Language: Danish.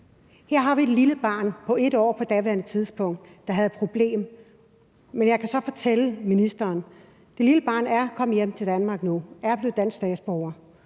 Her har vi et lille barn på 1 år på daværende tidspunkt, der havde et problem. Men jeg kan så fortælle ministeren, at det lille barn er kommet hjem til Danmark nu og er blevet dansk statsborger;